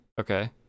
Okay